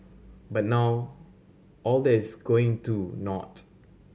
but now all that's going to naught